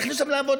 תכניס אותם לעבודה,